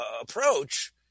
approach